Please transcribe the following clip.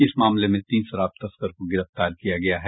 इस मामले में तीन शराब तस्कर को गिरफ्तार किया गया है